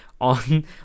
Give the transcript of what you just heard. on